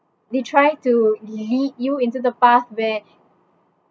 they try to lead you into the path where